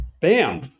bam